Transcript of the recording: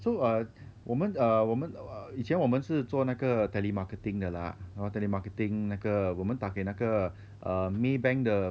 so err 我们 err 我们以前我们是做那个 telemarketing 的啦 hor telemarketing 那个我们打给那个 err maybank